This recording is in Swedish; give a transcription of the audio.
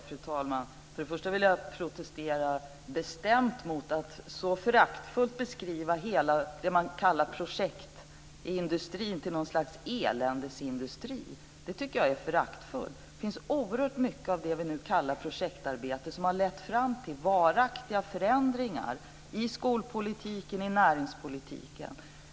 Fru talman! Först och främst vill jag protestera bestämt mot att Göran Lindblad så föraktfullt beskriver det som kallas projektindustrin till något slags eländesindustri. Det tycker jag är föraktfullt. Det finns oerhört mycket av det som vi nu kallar projektarbete som har lett fram till varaktiga förändringar i skolpolitiken och i näringspolitiken.